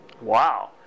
Wow